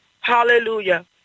Hallelujah